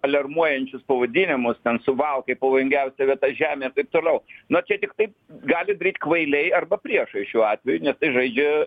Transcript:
aliarmuojančius pavadinimus ten suvalkai pavojingiausia vieta žemėj ir toliau na čia tiktai gali daryt kvailiai arba priešai šiuo atveju nes tai žaidžia